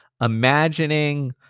imagining